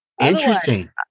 Interesting